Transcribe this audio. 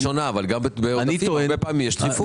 אולי היא שונה אבל גם בעודפים הרבה פעמים יש דחיפות.